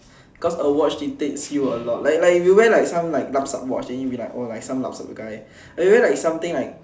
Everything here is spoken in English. cause a watch dictates you a lot like like if you wear like some like lup-sup watch then you will be like oh some lup-sup guy but if you wear like something like